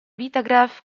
vitagraph